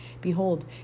behold